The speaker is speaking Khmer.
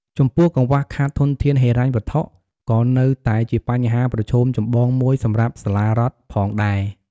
ចំពោះ កង្វះខាតធនធានហិរញ្ញវត្ថុ ក៏នៅតែជាបញ្ហាប្រឈមចម្បងមួយសម្រាប់សាលារដ្ឋផងដែរ។